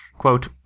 quote